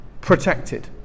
protected